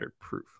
proof